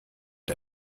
der